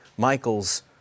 Michael's